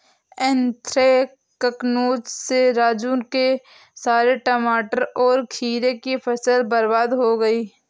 anthracnose से राजू के सारे टमाटर और खीरे की फसल बर्बाद हो गई